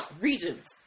regions